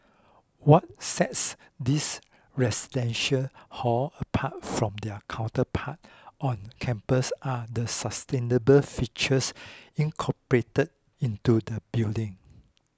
what sets these residential hall apart from their counterpart on campus are the sustainable features incorporated into the building